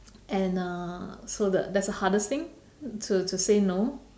and uh so the that's the hardest thing to to say no